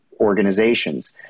organizations